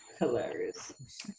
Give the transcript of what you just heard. Hilarious